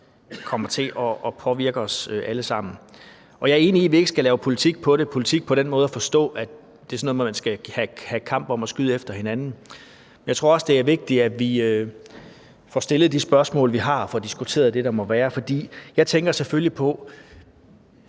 kommer til at påvirke os alle sammen. Jeg er enig i, at vi ikke skal lave politik på det – politik forstået på den måde, at det er sådan noget med at have en kamp, hvor man skyder mod hinanden. Men jeg tror også, det er vigtigt, at vi får stillet de spørgsmål, vi har, og får diskuteret det, der må være. Jeg tænker selvfølgelig på,